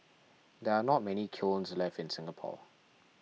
there are not many kilns left in Singapore